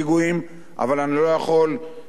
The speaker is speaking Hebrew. אבל אני לא יכול שלא לומר,